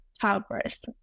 childbirth